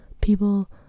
people-